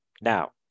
Now